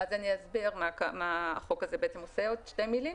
אז אני אסביר מה החוק הזה עושה בשתי מילים.